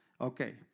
Okay